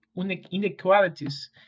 inequalities